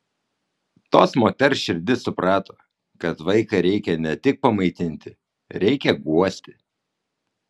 tos moters širdis suprato kad vaiką reikia ne tik pamaitinti reikia guosti